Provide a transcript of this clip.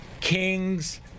kings